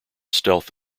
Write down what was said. stealth